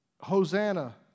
Hosanna